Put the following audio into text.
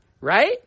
right